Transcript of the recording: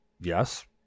yes